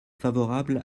favorable